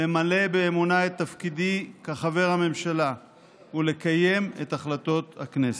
למלא באמונה את תפקידי כחבר הממשלה ולקיים את החלטות הכנסת.